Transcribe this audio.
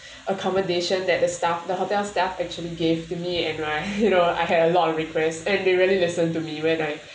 accommodation that the staff the hotel staff actually gave to me and my you know I had a lot of requests and they really listen to me when I